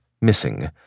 missing